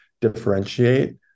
differentiate